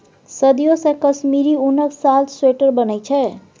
सदियों सँ कश्मीरी उनक साल, स्वेटर बनै छै